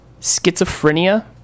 schizophrenia